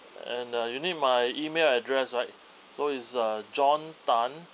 and uh you need my email address right so is uh john tan